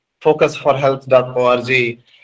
focusforhealth.org